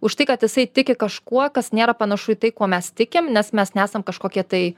už tai kad jisai tiki kažkuo kas nėra panašu į tai kuo mes tikim nes mes nesam kažkokie tai